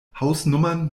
hausnummern